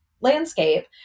landscape